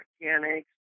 mechanics